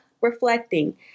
reflecting